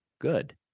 good